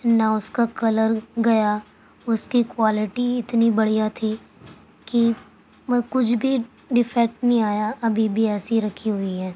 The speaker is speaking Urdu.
نہ اس کا کلر گیا اس کی کوالیٹی ہی اتنی بڑھیا تھی کہ میں کچھ بھی ڈیفیکٹ نہیں آیا ابھی بھی ایسی ہی رکھی ہوئی ہیں